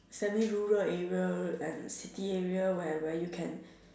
semi rural area and city area where where you can